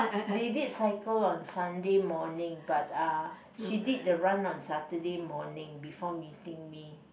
they did cycle on Sunday morning but uh she did the run on Saturday morning before meeting me